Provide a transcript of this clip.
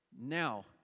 Now